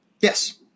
Yes